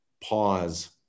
pause